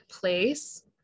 place